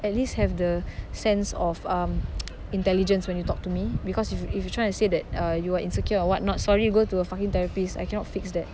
at least have the sense of um intelligence when you talk to me because if you if you're trying to say that uh you are insecure or whatnot sorry go to a fucking therapist I cannot fix that